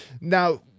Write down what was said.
now